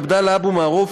עבדאללה אבו מערוף,